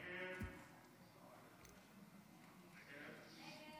ההסתייגות (18) של חברי הכנסת יואב